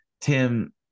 Tim –